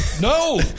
No